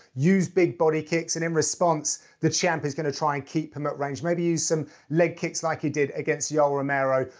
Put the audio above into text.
use big body kicks, and in response, the champ is gonna try to and keep him at range. maybe use some leg kicks like he did against yoel romero.